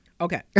Okay